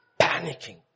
Panicking